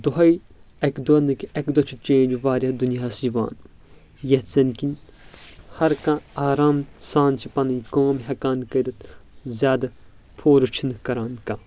دۄہے اکہِ دۄہ نہٕ اَکہِ دۄہ چھ چینج واریاہ دُنیہس یِوان یتھ زن کِن ہر کانٛہہ آرام سان پنٕنۍ کأم چھ ہٮ۪کان کٔرِتھ زیٛادٕ فورس چھنہٕ کران کانٛہہ